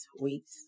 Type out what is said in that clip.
weeks